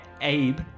Abe